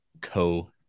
co